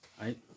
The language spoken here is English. Right